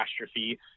catastrophe